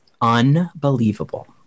unbelievable